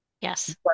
Yes